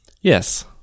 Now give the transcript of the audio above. yes